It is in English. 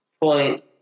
point